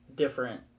different